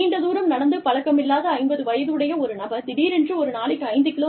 நீண்ட தூரம் நடந்து பழக்கமில்லாத 50 வயதுடைய ஒரு நபர் திடீரென ஒரு நாளைக்கு 5 கி